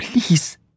Please